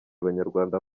abanyarwanda